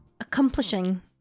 accomplishing